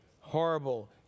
horrible